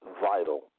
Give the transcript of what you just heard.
vital